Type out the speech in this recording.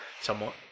somewhat